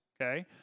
okay